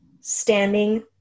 standing